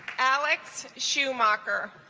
alex schumacher